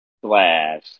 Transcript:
slash